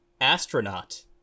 astronaut